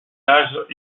âge